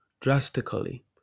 drastically